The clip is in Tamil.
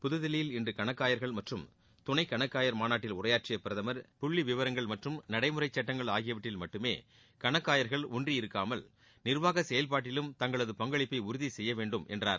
புதுதில்லியில் இன்று கணக்காயர்கள் மற்றும் துணை கணக்காயர் மாநாட்டில் உரையாற்றிய பிரதமர் புள்ளி விவரங்கள் மற்றும் நடைமுறைச்சட்டங்கள் ஆகியவற்றில் மட்டுமே கணக்காயர்கள் ஒன்றியிருக்காமல் நிர்வாக செயல்பாட்டிலும் தங்களது பங்களிப்பை உறுதி செய்யவேண்டும் என்றார்